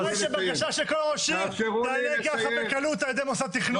הלוואי שבקשה של כל רשות תיענה ככה בקלות על ידי מוסד תכנון.